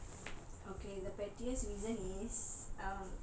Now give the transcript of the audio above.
okay the pettiest reason is um